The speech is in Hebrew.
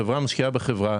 חברה משקיעה בחברה,